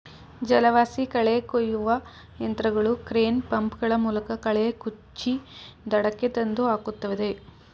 ಜಲವಾಸಿ ಕಳೆ ಕುಯ್ಯುವ ಯಂತ್ರಗಳು ಕ್ರೇನ್, ಪಂಪ್ ಗಳ ಮೂಲಕ ಕಳೆ ಕುಚ್ಚಿ ದಡಕ್ಕೆ ತಂದು ಹಾಕುತ್ತದೆ